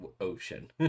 ocean